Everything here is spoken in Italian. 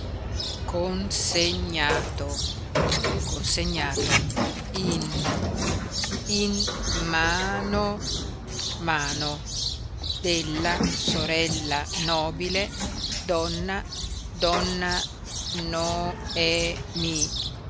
con se gna to consegnato in in ma no mano della sorella nobile donna donna no e mi noemi